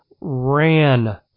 ran